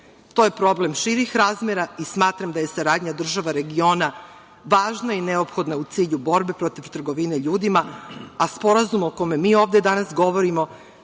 To je problem širih razmera i smatram da je saradnja država regiona važna i neophodna u cilju borbe protiv trgovine ljudima, a sporazum o kome mi ovde danas govorimo,